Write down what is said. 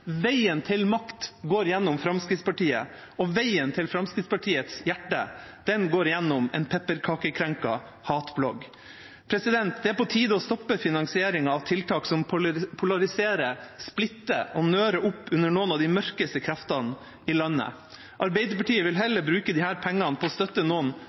Veien til makt går gjennom Fremskrittspartiet, og veien til Fremskrittspartiets hjerte går gjennom en pepperkakekrenket hatblogg. Det er på tide å stoppe finansieringen av tiltak som polariserer, splitter og nører opp under noen av de mørkeste kreftene i landet. Arbeiderpartiet vil heller bruke disse pengene på å støtte noen